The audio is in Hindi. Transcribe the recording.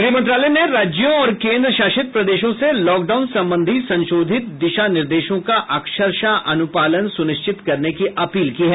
गृह मंत्रालय ने राज्यों और केंद्र शासित प्रदेशों से लॉकडाउन संबंधी संशोधित दिशा निर्देशों का अक्षरशः अनुपालन सुनिश्चित करने की अपील की है